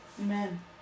Amen